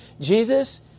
Jesus